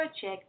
Check